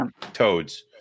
toads